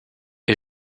est